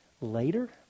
Later